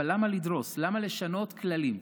אבל למה לדרוס, למה לשנות כללים?